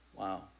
Wow